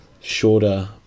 shorter